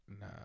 No